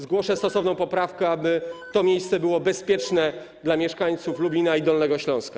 Zgłoszę stosowną poprawkę, aby to miejsce było bezpieczne dla mieszkańców Lubina i Dolnego Śląska.